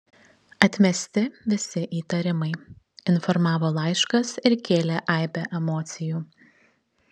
atmesti visi įtarimai informavo laiškas ir kėlė aibę emocijų